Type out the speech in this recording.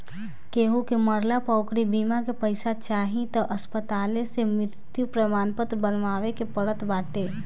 केहू के मरला पअ ओकरी बीमा के पईसा चाही तअ अस्पताले से मृत्यु प्रमाणपत्र बनवावे के पड़त बाटे